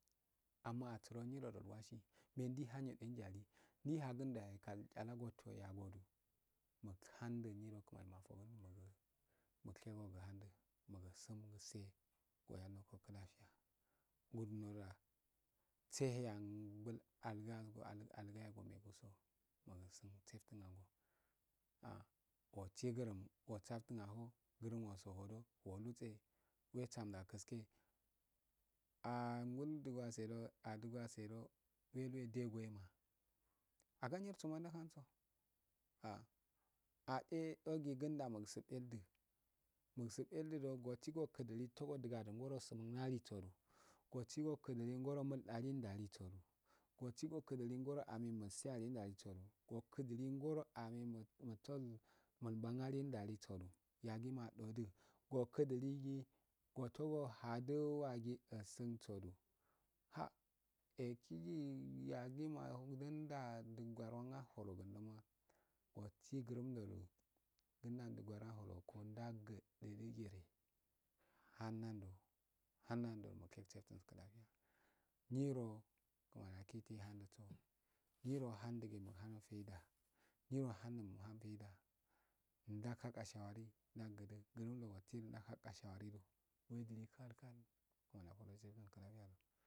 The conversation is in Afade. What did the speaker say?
Amma asuro nyioro ul wasi mek idi hun eh ugali ndi haken yakal chalago so yago, muk handh nyiro kumani mafakun muk shege muk handh mu sum rongo ah ofsi gurum do asafte ahho gurum noso hodo alutse we sam da gaske angol dwatse do algwatse ah eh ogu dago dugwedu nol sugweldu do osi ogli gi to osun nli do osi odigali ngoro sin ngali do ngoro nul dali ndali so, osi okidili ngoro ame mulse do mul ban nali sedo yagi madodi okidiligo ote ohadh wadh osin so do, ha ehgi yaglma budunda gundu gudunma usi gurum da kun da yago an daugu nyiro ohada nyiro ohundo mul hun faida ohundo muk hundo faida na ka phawari amma nukhun do faida ndaw ka shuwari do nuk dunu kal kal